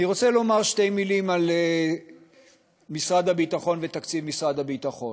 אני רוצה לומר שתי מילים על משרד הביטחון ותקציב משרד הביטחון.